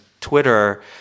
Twitter